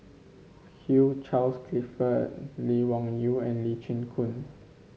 Hugh Charles Clifford Lee Wung Yew and Lee Chin Koon